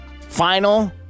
Final